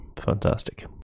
Fantastic